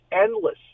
endless